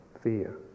fear